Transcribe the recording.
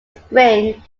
spring